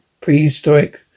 prehistoric